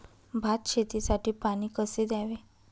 भात शेतीसाठी पाणी कसे द्यावे?